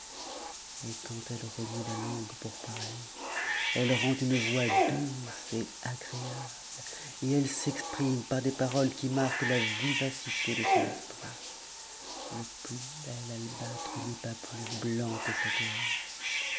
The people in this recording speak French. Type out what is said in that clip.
et quand elle remue la langue pour parler ehe rend une voix douce et agréable et elle s'exprime par des ro cs qui marquent la vivacité de son esprit le plus bel albâtre n'est p usb auc que sa gorge